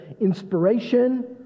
inspiration